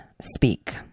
speak